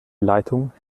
leitung